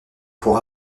pour